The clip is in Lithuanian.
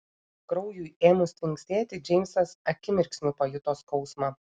kraujui ėmus tvinksėti džeimsas akimirksniu pajuto skausmą